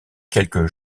quelques